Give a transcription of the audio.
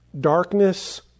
darkness